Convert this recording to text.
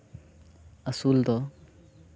ᱟᱹᱥᱩᱞ ᱫᱚ